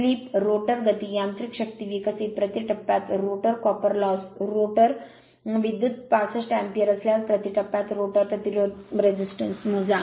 slip rotor गती यांत्रिक शक्ती विकसित प्रति टप्प्यात रोटर कॉपर लॉस रोटर विद्युत् 65 अँपिअर असल्यास प्रति टप्प्यात रोटर प्रतिरोध मोजा